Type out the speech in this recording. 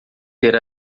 ter